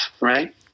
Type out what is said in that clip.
right